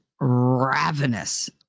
ravenous